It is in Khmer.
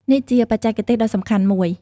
នេះជាបច្ចេកទេសដ៏សំខាន់មួយ។